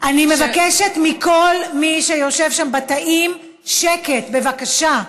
אני מבקשת מכל מי שיושב שם בתאים שקט, בבקשה.